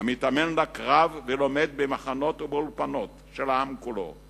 המתאמן לקרב ולומד במחנות ובאולפנות של העם כולו.